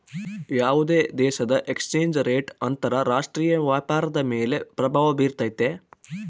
ಯಾವುದೇ ದೇಶದ exchange rate ಅಂತರ ರಾಷ್ಟ್ರೀಯ ವ್ಯಾಪಾರದ ಮೇಲೆ ಪ್ರಭಾವ ಬಿರ್ತೈತೆ